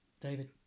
David